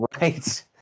Right